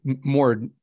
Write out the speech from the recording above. more